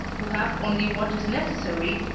who have only what is necessary,